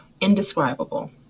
indescribable